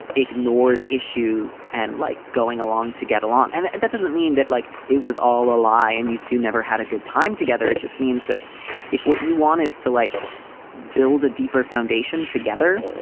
ignored issues and like going along to get along. and and that doesn't mean that, like, it was all a lie and you two never had a good time together. it just means that if what you want is to like build a deeper foundation together.